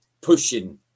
pushing